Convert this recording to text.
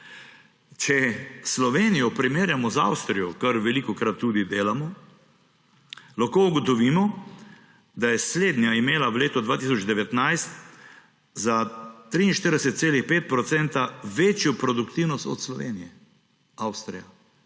Če Slovenijo primerjamo z Avstrijo, kar velikokrat tudi delamo, lahko ugotovimo, da je slednja imela v letu 2019 za 43,5 % večjo produktivnost od Slovenije. Avstrija